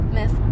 Miss